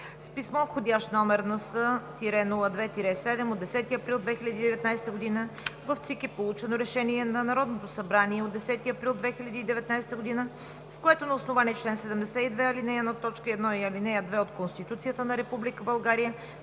С писмо вх. № НС-02-7 от 10 април 2019 г. в ЦИК е получено Решение на Народното събрание от 10 април 2019 г., с което на основание чл. 72, ал. 1, т. 1 и ал. 2 от Конституцията на Република България